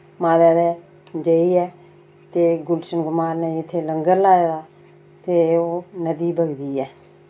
माता दे जाइयै ते गुलशन कुमार नै जित्थै लंगर लाए दा ते ओह् नदी बगदी ऐ